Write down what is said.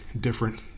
different